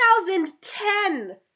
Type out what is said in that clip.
2010